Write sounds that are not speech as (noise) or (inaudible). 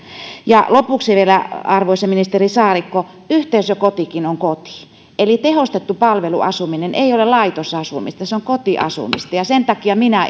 lopuksi vielä arvoisa ministeri saarikko yhteisökotikin on koti eli tehostettu palveluasuminen ei ole laitosasumista se on kotiasumista ja sen takia minä (unintelligible)